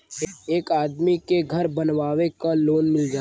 एक आदमी के घर बनवावे क लोन मिल जाला